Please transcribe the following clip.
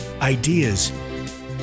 Ideas